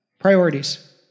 priorities